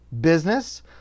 business